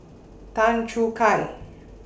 Tan Choo Kai